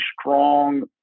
strong